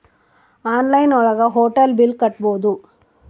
online ಒಳಗ hotel bill ಕಟ್ಬೋದು